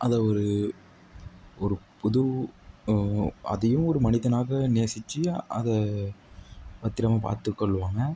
அதை ஒரு ஒரு பொது அதையும் ஒரு மனிதனாக நேசித்து அதை பத்திரமாக பார்த்துக்கொள்வாங்க